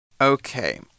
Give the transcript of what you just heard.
Okay